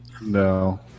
No